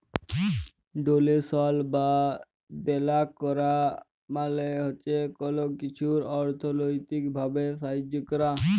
ডোলেশল বা দেলা ক্যরা মালে হছে কল কিছুর অথ্থলৈতিক ভাবে সাহায্য ক্যরা